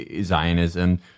Zionism –